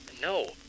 No